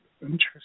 Interesting